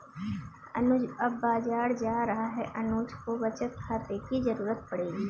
अनुज अब बाहर जा रहा है अनुज को बचत खाते की जरूरत पड़ेगी